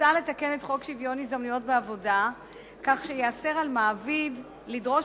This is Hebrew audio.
מוצע לתקן את חוק שוויון ההזדמנויות בעבודה כך שייאסר על מעביד לדרוש